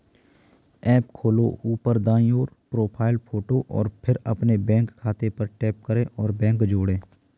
app खोलो, ऊपर दाईं ओर, प्रोफ़ाइल फ़ोटो और फिर अपने बैंक खाते पर टैप करें और बैंक जोड़ें